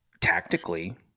tactically